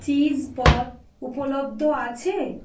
cheese পদ উপলব্ধ আছে